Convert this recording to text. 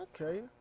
okay